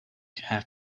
have